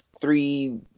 three